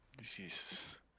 jesus